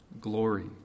glory